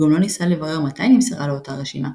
הוא גם לא ניסה לברר מתי נמסרה לו אותה רשימה,